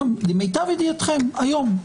למיטב ידיעתכם היום,